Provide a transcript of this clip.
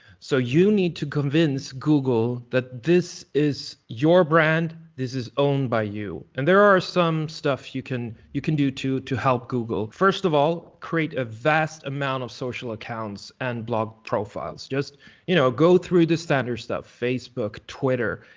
so you need to convince google that this is your brand, this is owned by you. and there are some stuff you can you can do to to help google. first of all, create a vast amount of social accounts and blog profiles. just you know go through the statter stuff. facebook, twitter,